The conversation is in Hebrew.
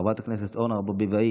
חברת הכנסת אורנה ברביבאי,